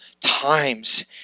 times